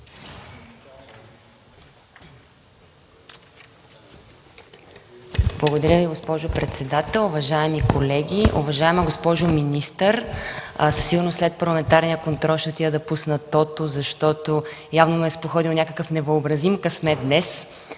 Благодаря Ви, госпожо председател. Уважаеми колеги, уважаема госпожо министър! Сигурно след парламентарния контрол ще отида да пусна тото, защото явно ме е споходил някакъв невъобразим късмет днес,